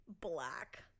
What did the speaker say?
Black